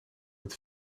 het